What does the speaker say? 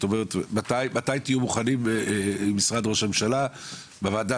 מתי תהיו מוכנים עם משרד ראש הממשלה בוועדה